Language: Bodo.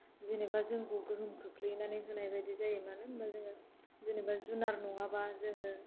जेनेबा जोंखौ गोहोम खोख्लैनानै होनाय बायदि जायो मानो होनबा जोङो जेनेबा जुनार नङाबा जोङो